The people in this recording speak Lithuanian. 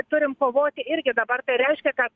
turim kovoti irgi dabar tai reiškia kad